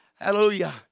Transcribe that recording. Hallelujah